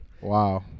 Wow